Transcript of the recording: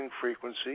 frequency